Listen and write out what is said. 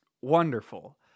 wonderful